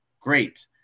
Great